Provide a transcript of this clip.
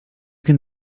can